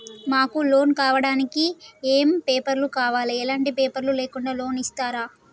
మాకు లోన్ కావడానికి ఏమేం పేపర్లు కావాలి ఎలాంటి పేపర్లు లేకుండా లోన్ ఇస్తరా?